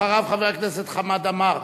אחריו, חבר הכנסת חמד עמאר,